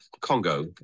Congo